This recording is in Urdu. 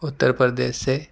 اتّر پردیش سے